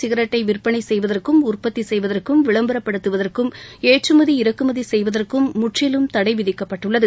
சிகரெட்டை விற்பனை செய்வதற்கும் உற்பத்தி செய்வதற்கும் இதன்படி இந்த ரக விளம்பரப்படுத்துவதற்கும் ஏற்றுமதி இறக்குமதி செய்வதற்கும் முற்றிலும் தடை விதிக்கப்பட்டுள்ளது